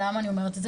למה אני אומרת את זה?